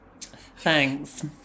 Thanks